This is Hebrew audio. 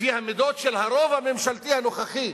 לפי המידות של הרוב הממשלתי הנוכחי.